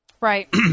Right